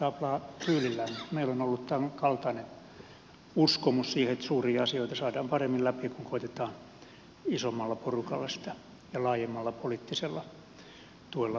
meillä on ollut tämän kaltainen uskomus siihen että suuria asioita saadaan paremmin läpi kun koetetaan isommalla porukalla ja laajemmalla poliittisella tuella viedä sitä läpi